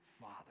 Father